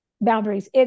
Boundaries